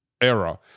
era